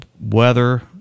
weather